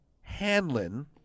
Hanlon